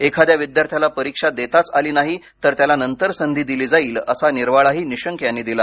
एखाद्या विद्यार्थ्याला परीक्षा देताच आली नाही तर त्याला नंतर संधी दिली जाईल असा निर्वाळाही निशंक यांनी दिला